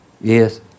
Yes